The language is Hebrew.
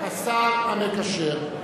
השר המקשר.